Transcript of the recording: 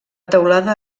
teulada